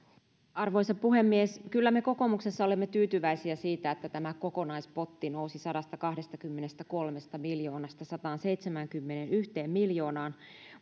arvoisa puhemies kyllä me kokoomuksessa olemme tyytyväisiä siitä että tämä kokonaispotti nousi sadastakahdestakymmenestäkolmesta miljoonasta sataanseitsemäänkymmeneenyhteen miljoonaan